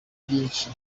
byinshi